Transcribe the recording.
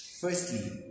firstly